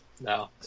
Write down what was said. no